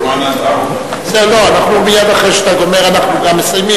אני תורן עד 16:00. מייד אחרי שאתה גומר אנחנו מסיימים,